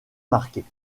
marquées